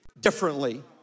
differently